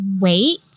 wait